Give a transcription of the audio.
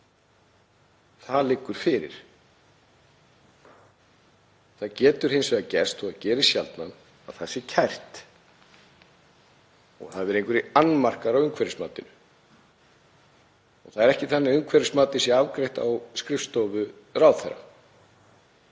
Það liggur fyrir. Það getur hins vegar gerst, þó að það gerist sjaldan, að það sé kært og það hafi verið einhverjir annmarkar á umhverfismatinu. Það er ekki þannig að umhverfismatið sé afgreitt á skrifstofu ráðherra.